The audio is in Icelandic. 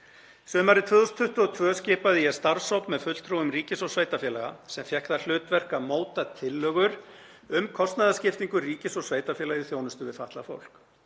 Sumarið 2022 skipaði ég starfshóp með fulltrúum ríkis og sveitarfélaga sem fékk það hlutverk að móta tillögur um kostnaðarskiptingu ríkis og sveitarfélaga í þjónustu við fatlað fólk.